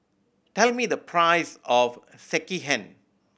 tell me the price of Sekihan